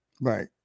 Right